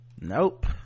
Nope